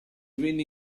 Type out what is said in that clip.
venne